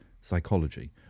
psychology